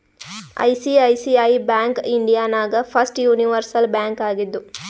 ICICI bank India ನಾಗ್ first universal bank ಆಗಿದ್ದು